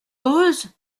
heureuse